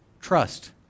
trust